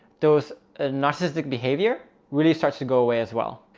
those ah narcissistic behavior really starts to go away as well.